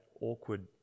awkward